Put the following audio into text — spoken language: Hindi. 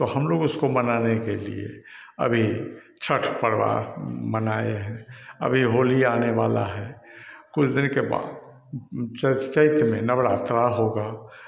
तो हमलोग उसको मनाने के लिए अभी छठ पर्व आ मनाए हैं अभी होली आनेवाली है कुछ दिन के बाद चैत में नवरात्र होगी